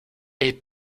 est